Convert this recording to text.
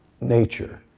nature